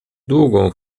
długą